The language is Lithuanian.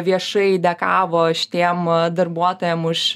viešai dekavo šitiem darbuotojam už